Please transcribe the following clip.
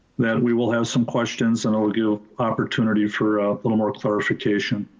that we will have some questions and i'll give you opportunity for a little more clarification.